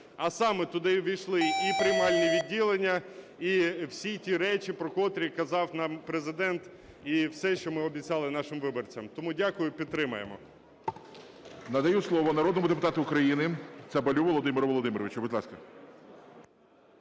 а саме туди увійшли і приймальні відділення, і всі ті речі, про котрі казав нам Президент, і все, що ми обіцяли нашим виборцям. Тому дякую і підтримаємо.